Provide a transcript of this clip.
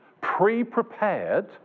pre-prepared